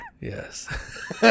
Yes